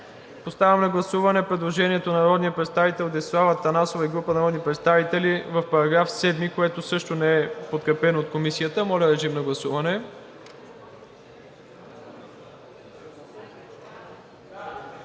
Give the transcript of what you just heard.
Поставям на гласуване предложението на народния представител Десислава Атанасова и група народни представители в § 7, което също не е подкрепено от Комисията. Гласували